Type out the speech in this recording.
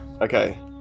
Okay